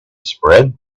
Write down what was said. spread